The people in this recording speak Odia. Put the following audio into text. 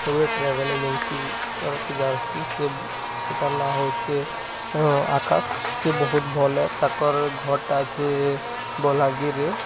ମୁଁ ଟ୍ରାଭେଲ୍ ଏଜେନ୍ସି କରିକି ଯାଉଛି ସେ ସେ ତାର ନାଁ ହେଉଛି ଆକାଶ ସେ ବହୁତ ଭଲ ତାଙ୍କର ଘରଟା ଅଛି ବଲାଙ୍ଗୀରରେ